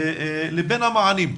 לבין המענים,